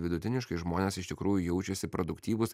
vidutiniškai žmonės iš tikrųjų jaučiasi produktyvūs